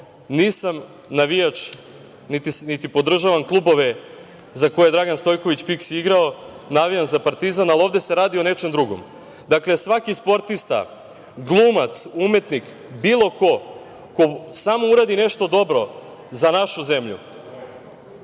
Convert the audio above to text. Nisam navijač, niti podržavam klubove za koje Dragan Stojković Piksi igrao, navijam za partizan, ali ovde se radi o nečem drugom. Dakle, svaki drugi sportista, glumac, umetnik, bilo ko ko samo uradi nešto dobro za našu zemlju